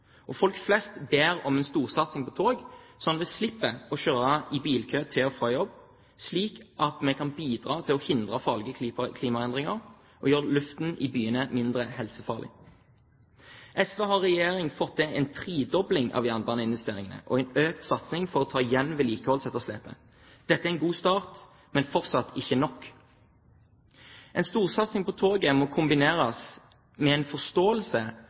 Folk flest ber om en storsatsing på tog slik at de slipper å kjøre i bilkø til og fra jobb, og slik at de kan bidra til å hindre farlige klimaendringer og gjøre luften i byene mindre helsefarlig. SV har i regjering fått til en tredobling av jernbaneinvesteringene og en økt satsing for å ta igjen vedlikeholdsetterslepet. Dette er en god start, men det er fortsatt ikke nok. En storsatsing på toget må kombineres med en forståelse